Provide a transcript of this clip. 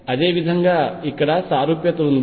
అదేవిధంగా ఇక్కడ ఈ సారూప్యత ఉంది